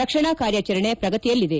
ರಕ್ಷಣಾ ಕಾರ್ಯಾಚರಣೆ ಪ್ರಗತಿಯಲ್ಲಿದೆ